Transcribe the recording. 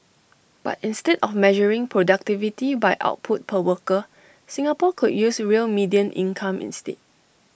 but instead of measuring productivity by output per worker Singapore could use real median income instead